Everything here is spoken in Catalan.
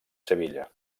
sevilla